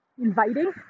inviting